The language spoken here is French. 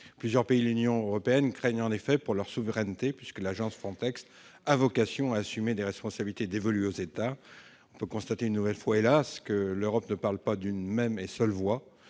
Plusieurs pays de l'Union européenne craignent pour leur souveraineté puisque l'agence FRONTEX a vocation à assumer des responsabilités dévolues aux États. On constate une nouvelle fois, hélas, que l'Europe ne parle pas d'une seule et même voix.